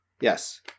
Yes